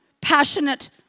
passionate